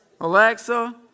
Alexa